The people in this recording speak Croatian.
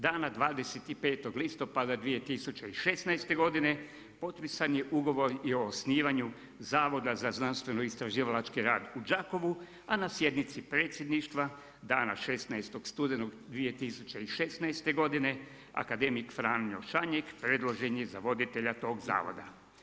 Dana 25. listopada 2016. godine potpisan je ugovor i o osnivanju Zavoda za znanstveno-istraživalački rad u Đakovu, a na sjednici predsjedništva dana 16. studenog 2016. godine akademik Franjo Šanjek predložen je za voditelja tog zavoda.